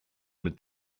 mit